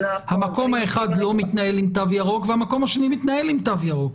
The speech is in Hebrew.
המקום האחד לא מתנהל עם תו ירוק והמקום השני מתנהל עם תו ירוק,